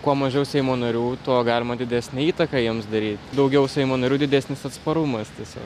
kuo mažiau seimo narių tuo galima didesnę įtaką jiems dary daugiau seimo narių didesnis atsparumas tiesio